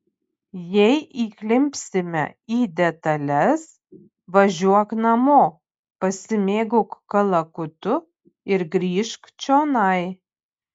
jei įklimpsime į detales važiuok namo pasimėgauk kalakutu ir grįžk čionai